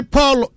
Paul